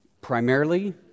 Primarily